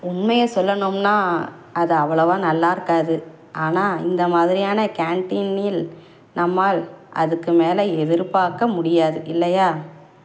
உண்மையை சொல்லணும்னா அது அவ்வளவாக நல்லா இருக்காது ஆனால் இந்த மாதிரியான கேண்டீனில் நம்மால் அதுக்கு மேலே எதிர்பார்க்க முடியாது இல்லையா